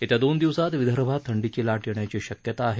येत्या दोन दिवसांत विदर्भात थंडीची लाट येण्याची शक्यता आहे